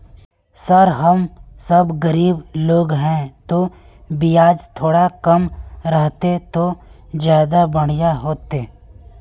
sir हम सब गरीब लोग है तो बियाज थोड़ा कम रहते तो ज्यदा बढ़िया होते